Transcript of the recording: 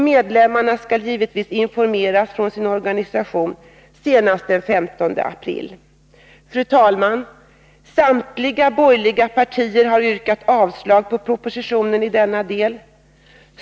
Medlemmarna skall givetvis informeras av sin organisation senast den 15 april. Fru talman! Samtliga borgerliga partier har yrkat avslag på propositionen i denna del.